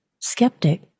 Skeptic